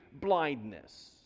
blindness